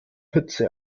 hitze